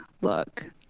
look